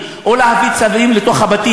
אל תיתן יד להרס בתים או להבאת צווים לתוך הבתים.